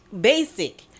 Basic